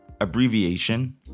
abbreviation